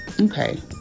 Okay